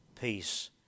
peace